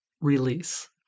release